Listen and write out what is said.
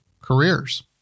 careers